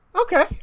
okay